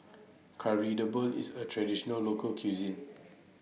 Kari Debal IS A Traditional Local Cuisine